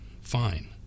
Fine